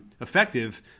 effective